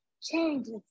changes